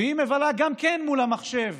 וגם היא מבלה מול המחשב